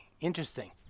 Interesting